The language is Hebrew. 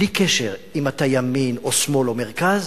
בלי קשר אם אתה ימין או שמאל או מרכז,